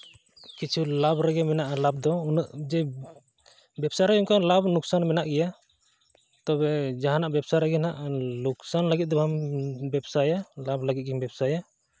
ᱠᱤᱪᱷᱩ ᱞᱟᱵᱷ ᱨᱮᱜᱮ ᱢᱮᱱᱟᱜᱼᱟ ᱞᱟᱵᱷ ᱫᱚ ᱩᱱᱟᱹᱜ ᱡᱮ ᱵᱮᱵᱽᱥᱟ ᱨᱮᱭᱟᱜ ᱫᱚ ᱞᱟᱵᱷ ᱞᱳᱥᱠᱟᱱ ᱢᱮᱱᱟᱜ ᱜᱮᱭᱟ ᱛᱚᱵᱮ ᱡᱟᱦᱟᱱᱟᱜ ᱵᱮᱵᱽᱥᱟ ᱨᱮᱜᱮ ᱦᱟᱸᱜ ᱞᱚᱠᱥᱟᱱ ᱞᱟᱹᱜᱤᱫ ᱫᱚ ᱵᱟᱢ ᱵᱮᱵᱽᱥᱟᱭᱟ ᱞᱟᱵᱷ ᱞᱟᱹᱜᱤᱫ ᱜᱮᱢ ᱵᱮᱵᱽᱥᱟᱭᱟ